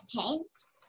paints